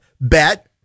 Bet